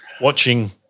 watching